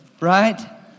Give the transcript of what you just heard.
Right